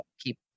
keep